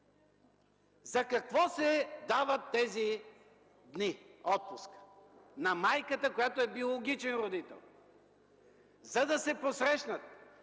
за какво се дават тези дни отпуск? На майката, която е биологичен родител, се дават, за да се посрещнат